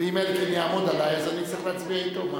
ואם אלקין יעמוד עלי, אז אני אצטרך להצביע אתו.